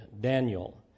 Daniel